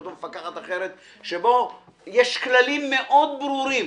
שבו יש כללים מאוד ברורים,